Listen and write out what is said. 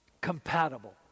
compatible